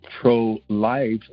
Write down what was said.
pro-life